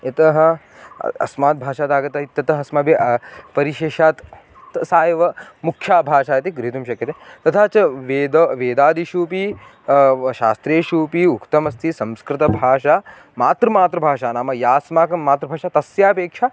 यतः अस्मात्भाषादागता इत्यतः अस्माभिः परिशेषात् त् सा एव मुख्या भाषा इति ग्रहीतुं शक्यते तथा च वेद वेदादिषुपि शास्त्रेषुपि उक्तमस्ति संस्कृतभाषा मातृमातृभाषा नाम या अस्माकं मातृभाषा तस्यापेक्षया